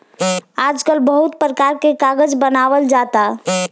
आजकल बहुते परकार के कागज बनावल जाता